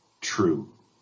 true